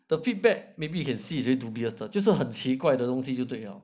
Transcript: the feedback maybe can see is it dubious 的就是很奇怪的东西就对了